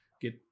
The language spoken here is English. get